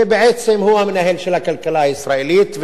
ובעצם הוא המנהל של הכלכלה הישראלית.